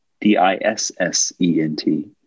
D-I-S-S-E-N-T